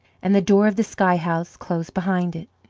and the door of the sky house closed behind it.